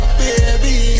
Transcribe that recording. baby